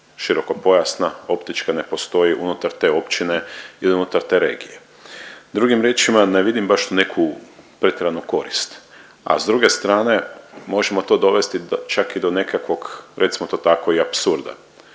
širokopojasna optička ne postoji unutar te općine ili unutar te regije. Drugim riječima, ne vidim baš tu neku pretjeranu korist, a s druge strane možemo to dovesti čak i do nekakvog recimo to tako i apsurda.